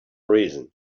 reason